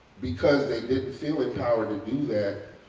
because they didn't feel empowered to do that.